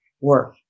work